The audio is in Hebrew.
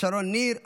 שרון ניר,